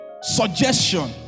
suggestion